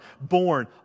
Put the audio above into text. born